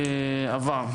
עבר.